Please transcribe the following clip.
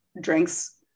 drinks